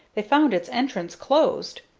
they found its entrance closed.